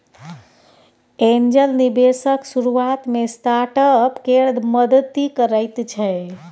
angel निबेशक शुरुआत मे स्टार्टअप केर मदति करैत छै